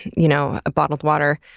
you know, a bottled water.